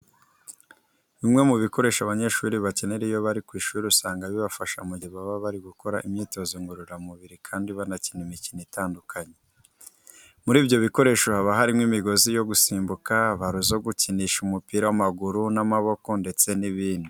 Bimwe mu bikoresho abanyeshuri bakenera iyo bari ku ishuri, usanga bibafasha mu gihe baba bari gukora imyitozo ngororamubiri kandi banakina imikino igiye itandukanye. Muri ibyo bikoresho haba harimo imigozi yo gusimbuka, baro zo gukinisha umupira w'amaguru n'amaboko ndetse n'ibindi.